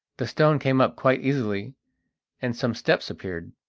the stone came up quite easily and some steps appeared.